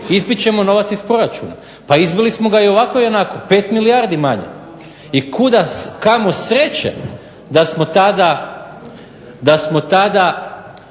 izbit ćemo novac iz proračuna. Pa izbili smo ga i ovako i onako 5 milijardi manje. I kamo sreće da smo tada